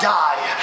die